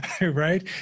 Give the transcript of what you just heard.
right